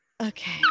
Okay